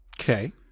Okay